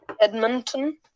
Edmonton